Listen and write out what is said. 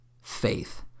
faith